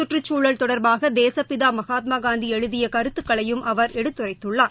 சுற்றுச்சுழல் தொடர்பாக தேசப்பிதா மகாத்மாகாந்தி எழுதிய கருத்துக்களையும் அவர் எடுத்துரைத்துள்ளார்